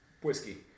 whiskey